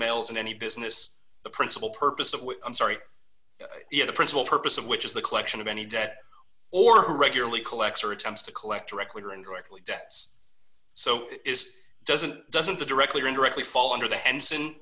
males in any business the principal purpose of which i'm sorry the principal purpose of which is the collection of any debt or who regularly collects or attempts to collect directly or indirectly debts so this doesn't doesn't directly or indirectly fall under the hens